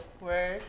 Word